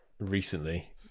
recently